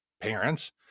parents